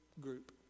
group